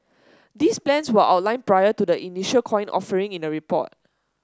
these plans were outlined prior to the initial coin offering in a report